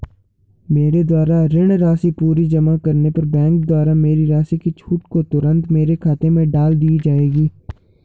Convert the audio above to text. मेरे द्वारा ऋण राशि पूरी जमा करने पर बैंक द्वारा मेरी राशि की छूट को तुरन्त मेरे खाते में डाल दी जायेगी?